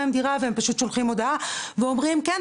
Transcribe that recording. להשכיר להם דירה והם פשוט מקבלים הודעה שאומרת "כן,